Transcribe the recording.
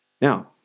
Now